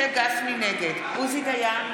נגד עוזי דיין,